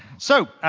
so,